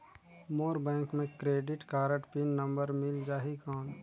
मोर bank मे credit card pin number मिल जाहि कौन?